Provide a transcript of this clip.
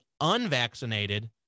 unvaccinated